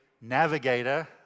navigator